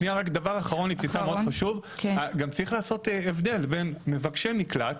גם יש לעשות הבדל בין מבקשי מקלט